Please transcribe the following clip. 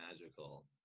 magical